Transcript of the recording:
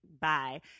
bye